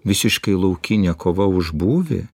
visiškai laukinė kova už būvį